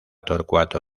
torcuato